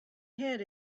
head